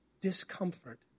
discomfort